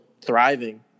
thriving